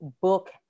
book